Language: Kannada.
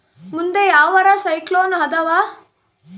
ಮುಂದೆ ಯಾವರ ಸೈಕ್ಲೋನ್ ಅದಾವ?